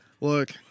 look